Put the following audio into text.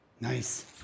Nice